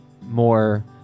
more